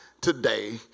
today